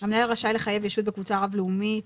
"המנהל רשאי לחייב ישות בקבוצה הרב לאומית",